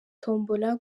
tombola